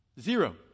Zero